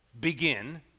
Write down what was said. begin